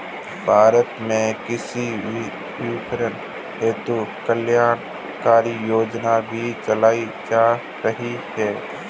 भारत में कृषि विपणन हेतु कल्याणकारी योजनाएं भी चलाई जा रही हैं